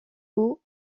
haut